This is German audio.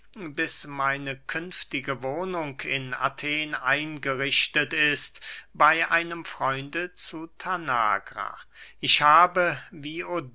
bis meine künftige wohnung in athen eingerichtet ist bey einem freunde zu tanagra ich habe